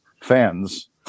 fans